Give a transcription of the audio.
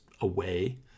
away